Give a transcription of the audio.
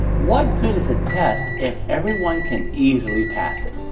what good is a test if everyone can easily pass it?